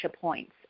points